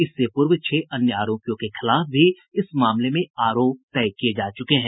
इससे पूर्व छह अन्य आरोपियों के खिलाफ भी इस मामले में आरोप तय किये जा चुके हैं